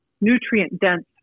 nutrient-dense